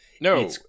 No